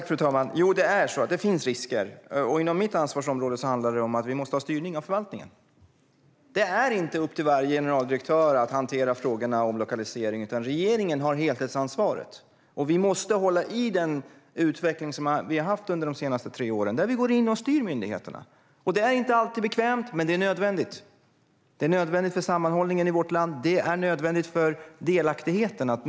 Fru talman! Ja, det finns risker. Inom mitt ansvarsområde handlar det om att vi måste ha en styrning av förvaltningen. Det är inte upp till varje generaldirektör att hantera frågorna om lokalisering, utan regeringen har helhetsansvaret. Vi måste hålla fast vid den utveckling som vi har haft under de senaste tre åren där vi går in och styr myndigheterna. Det är inte alltid bekvämt, men det är nödvändigt för sammanhållningen i vårt land, för delaktigheten.